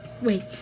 Wait